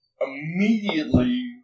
immediately